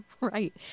right